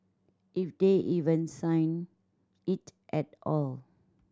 if they even sign it at all